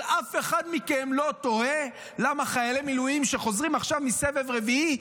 אבל אף אחד מכם לא תוהה למה חיילי מילואים שחוזרים עכשיו מסבב רביעי,